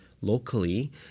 locally